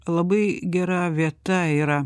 labai gera vieta yra